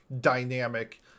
dynamic